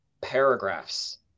paragraphs